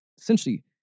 essentially